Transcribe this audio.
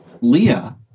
Leah